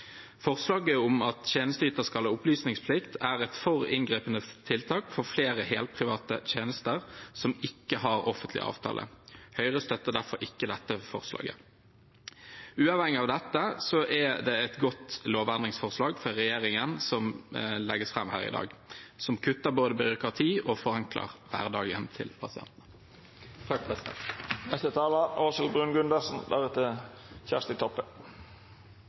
om at tjenesteyter skal ha opplysningsplikt er et for inngripende tiltak for flere helprivate tjenester som ikke har offentlig avtale. Høyre støtter derfor ikke dette forslaget. Uavhengig av dette er det et godt lovendringsforslag fra regjeringen som legges fram her i dag, som både kutter byråkrati og forenkler hverdagen til